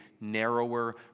narrower